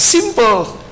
Simple